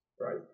right